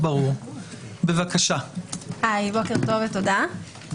בוקר טוב ותודה.